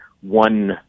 one